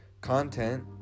content